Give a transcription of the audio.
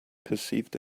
perceived